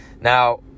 Now